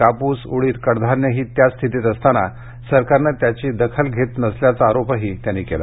कापूस उडीद कडधान्य ही त्याच स्थितीत असताना सरकारनं त्याची दखल घेत नसल्याचा आरोप त्यांनी यावेळी केला